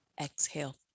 Exhale